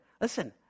Listen